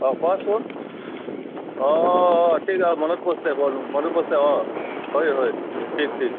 অঁ কোৱাচোন অঁ অঁ ঠিক অঁ মনত পৰিছে মোৰ মনত পৰিছে অঁ হয় হয় ঠিক ঠিক